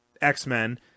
X-Men